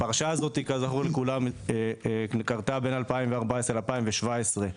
כזכור לכולם, הפרשה הזו היתה בין 2014 ל-2017.